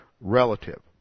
relative